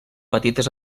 petites